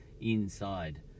inside